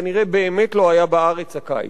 כנראה באמת לא היה בארץ הקיץ.